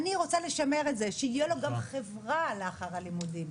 אני רוצה לשמר את זה שיהיה לו גם חברה לאחר הלימודים.